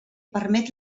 permet